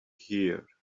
here